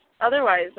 otherwise